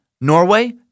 Norway